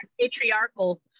patriarchal